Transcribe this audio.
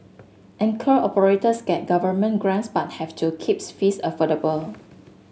anchor operators get government grants but have to keep fees affordable